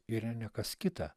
yra ne kas kita